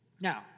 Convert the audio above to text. Now